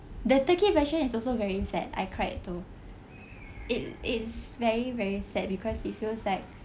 the turkey version is also very sad I cried too it is very very sad because it feels like